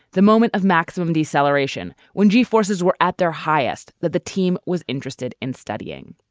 the moment of maximum deceleration when g forces were at their highest. that the team was interested in studying.